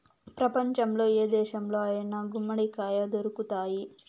ప్రపంచంలో ఏ దేశంలో అయినా గుమ్మడికాయ దొరుకుతాయి